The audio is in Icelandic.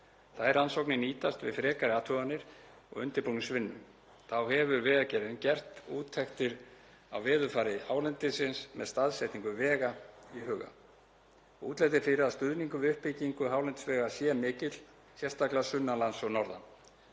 Þær rannsóknir nýtast við frekari athuganir og undirbúningsvinnu. Þá hefur Vegagerðin gert úttektir á veðurfari hálendisins með staðsetningu vega í huga. Útlit er fyrir að stuðningur við uppbyggingu hálendisvega sé mikill, sérstaklega sunnan lands og norðan,